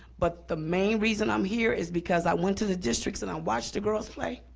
but the main reason i'm here is because i went to the districts and i watched the girls play,